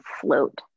Float